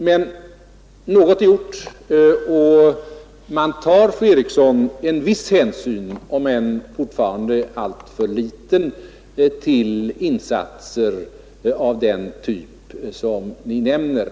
Men något är gjort, och man tar, fru Eriksson, en viss hänsyn — om än fortfarande alltför liten — till insatser av den typ som Ni nämner.